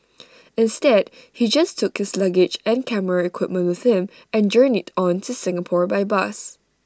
instead he just took his luggage and camera equipment with him and journeyed on to Singapore by bus